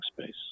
space